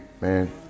man